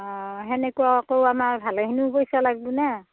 অ সেনেকুৱাকৈও আমাৰ ভালেখিনি পইচা লাগিব না